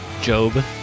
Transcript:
Job